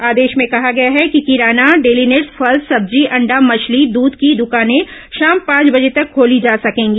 आदेश में कहा गया है कि किराना डेली नीड़स फल सब्जी अंडा मछली दूध की दुकाने शाम पांच बजे तक खोली जा सकेंगी